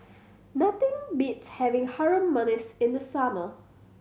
nothing beats having Harum Manis in the summer